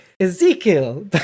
Ezekiel